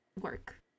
work